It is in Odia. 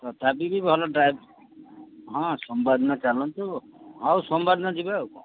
ତଥାପି ବି ଭଲ ହଁ ସୋମବାର ଦିନ ଚାଲନ୍ତୁ ହଉ ସୋମବାର ଦିନ ଯିବେ ଆଉ କ'ଣ